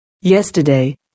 Yesterday